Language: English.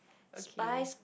okay